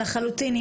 לחלוטין.